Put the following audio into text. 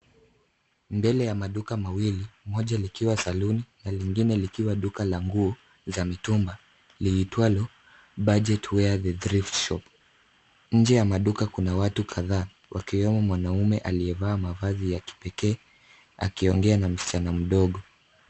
Mbele ya maduka mawili, moja likiwa salon na lingine likiwa duka la nguo za mitumba liitwalo Budget Wear The Thrift Shop . Nje ya maduka kuna watu kadhaa, wakiwemo mwanaume aliyevaa mavazi ya kipekee akiongea na msichana mdogo.